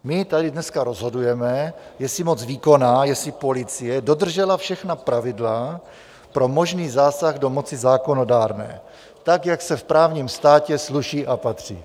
My tady dneska rozhodujeme, jestli moc výkonná, jestli policie dodržela všechna pravidla pro možný zásah do moci zákonodárné, jak se v právním státě sluší a patří.